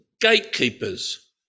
gatekeepers